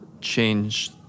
change